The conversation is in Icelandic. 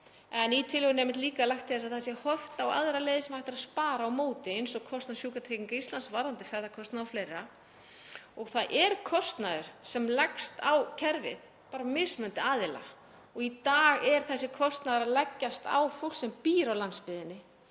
En í tillögunni er líka lagt til að horft sé á aðrar leiðir sem hægt er að spara á móti, eins og kostnað Sjúkratrygginga Íslands varðandi ferðakostnað og fleira. Og það er kostnaður sem leggst á kerfið, bara á mismunandi aðila. Í dag er þessi kostnaður að leggjast á fólk sem býr á landsbyggðinni